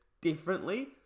differently